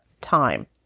time